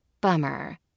Bummer